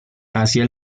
hacia